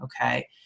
okay